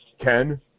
Ken